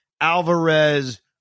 Alvarez